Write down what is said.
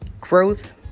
growth